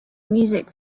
music